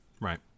Right